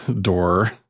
door